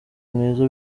mwiza